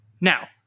Now